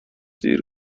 دیر